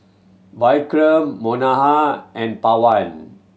Vikram Manohar and Pawan